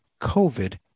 COVID